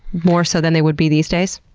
more so than they would be these days?